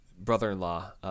brother-in-law